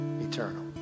eternal